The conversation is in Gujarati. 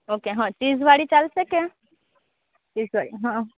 ઓકે હં ચીઝવાળી ચાલશે કે ચીઝવાળી હં